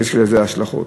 ושיש לזה השלכות.